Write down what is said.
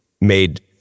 made